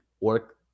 work